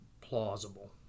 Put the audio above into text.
plausible